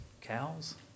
cows